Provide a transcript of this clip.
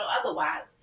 otherwise